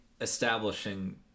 establishing